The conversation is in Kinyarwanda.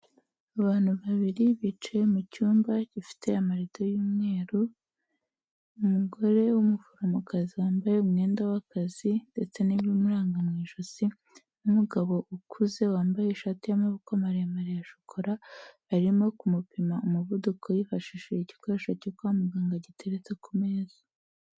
Abantu babiri bicaye mu cyumba gifite amarido y'umweru, umugore w'umuforomokazi wambaye umwenda w'akazi ndetse n'ibimuranga mu ijosi, n'umugabo ukuze wambaye ishati y'amaboko maremare ya shokora, barimo kumupima umuvuduko bifashishije igikoresho cyo kwa muganga giteretse ku meza.